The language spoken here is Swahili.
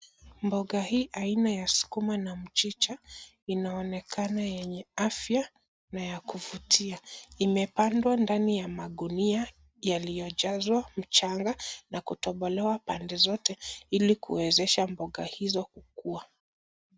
Mboga hii aina ya sukuma na mchicha inaonekana yenye afya na ya kuvutia. Imepandwa ndani ya magunia yaliyojazwa mchanga na kutobolewa pande zote ili kuwezesha mboga hizo kukua.